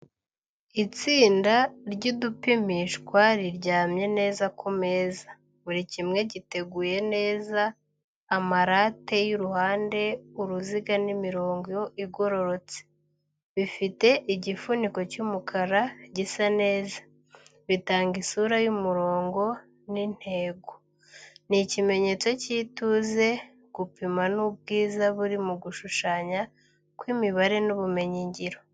Itsinda ry'udupimishwa riryamye neza ku meza, buri kimwe giteguye neza, ama rate y’uruhande, uruziga n’imirongo igororotse. Bifite igifuniko cy’umukara gisa neza, bitanga isura y’umurongo n’intego. Ni ikimenyetso cy’ituze, gupima n’ubwiza buri mu gushushanya kw’imibare n'ubumenyingiro.